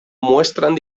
muestran